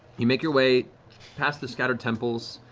you make your way past the scattered temples,